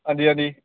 आं जी आं जी